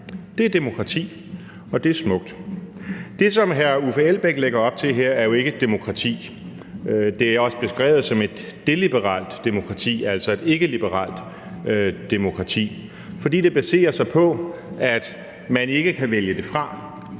Det er demokrati, og det er smukt. Det, som hr. Uffe Elbæk lægger op til her, er jo ikke demokrati. Det er også beskrevet som et deliberativt demokrati, altså et ikkeliberalt demokrati, fordi det baserer sig på, at man ikke kan vælge det fra.